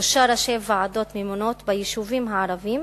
שלושה ראשי ועדות ממונות ביישובים ערביים